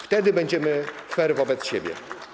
Wtedy będziemy fair wobec siebie.